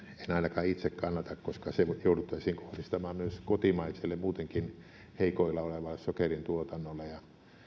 en ainakaan itse kannata koska se jouduttaisiin kohdistamaan myös kotimaiselle muutenkin heikoilla olevalle sokerin tuotannolle ja